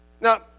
Now